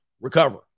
recover